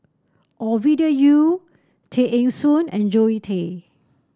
Ovidia Yu Tay Eng Soon and Zoe Tay